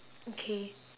okay